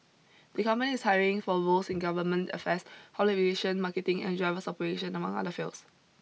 the company is hiring for roles in government affairs public relation marketing and drivers operation among other fields